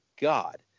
God